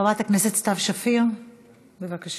חברת הכנסת סתיו שפיר, בבקשה.